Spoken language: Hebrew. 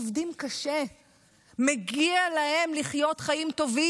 מגיע להם שיוכלו לחנך את הילדים שלהם במערכת חינוך טובה,